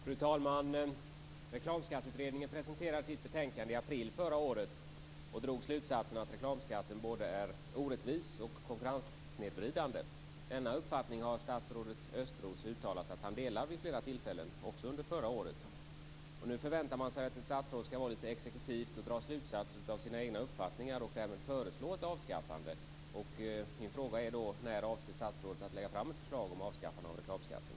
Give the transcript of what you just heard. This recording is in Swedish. Fru talman! Reklamskatteutredningen presenterade sitt betänkande i april förra året och drog slutsatsen att reklamskatten är både orättvis och konkurrenssnedvridande. Denna uppfattning har statsrådet Östros vid flera tillfällen uttalat att han delar, också under förra året. Nu förväntar man sig att statsrådet skall vara exekutiv och dra slutsatser av sina egna uppfattningar och även föreslå ett avskaffande. När avser statsrådet att lägga fram ett förslag om avskaffande av reklamskatten?